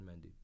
Mendy